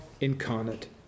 incarnate